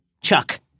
Chuck